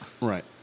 Right